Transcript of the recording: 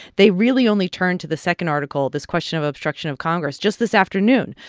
they really only turned to the second article this question of obstruction of congress just this afternoon.